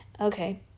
Okay